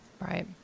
Right